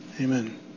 Amen